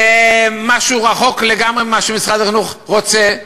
זה משהו רחוק לגמרי ממה שמשרד החינוך רוצה,